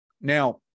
Now